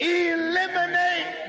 eliminate